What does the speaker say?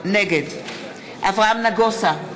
נגד אברהם נגוסה,